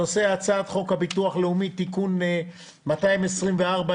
הנושא הוא הצעת חוק הביטוח הלאומי (תיקון מס' 224,